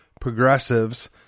progressives